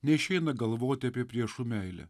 neišeina galvoti apie priešų meilę